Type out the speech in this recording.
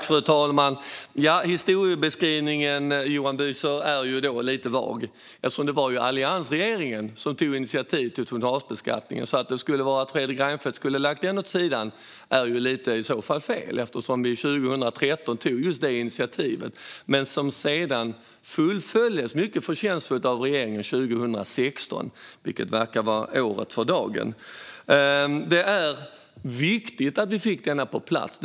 Fru talman! Historiebeskrivningen, Johan Büser, är lite vag. Det var ju alliansregeringen som tog initiativ till tonnagebeskattningen. Att Fredrik Reinfeldt skulle ha lagt den åt sidan är fel. Vi tog 2013 just det initiativet, som sedan fullföljdes mycket förtjänstfullt av regeringen 2016, vilket verkar vara året för dagen. Det var viktigt att vi fick den på plats.